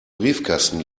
briefkasten